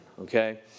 okay